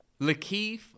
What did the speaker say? Lakeith